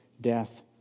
death